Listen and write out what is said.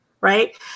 right